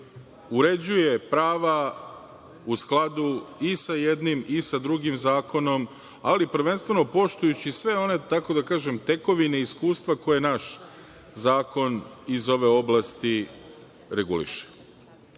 uređuje prava u skladu i sa jednim i sa drugim zakonom, ali prvenstveno poštujući sve one, kako da kažem, tekovine i iskustva koje je naš zakon iz ove oblasti reguliše.